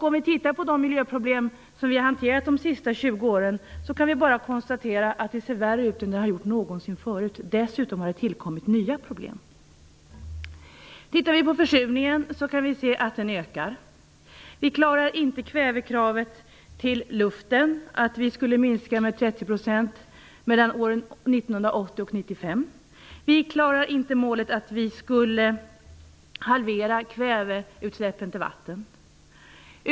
Om vi tittar på de miljöproblem som vi har hanterat de senaste 20 åren kan vi bara konstatera att det ser värre ut än vad det har gjort någonsin förut. Dessutom har det tillkommit nya problem. Tittar vi på försurningen kan vi se att den ökar. Vi klarar inte kravet att utsläpp av kväve till luften skulle minska med 30 % år 1980-1995. Vi klarar inte målet att kväveutsläppen till vatten skulle halveras.